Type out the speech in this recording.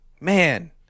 man